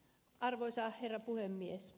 arvoisa herra puhemies